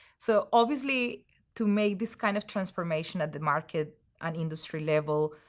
so obviously to make this kind of transformation at the market and industry level,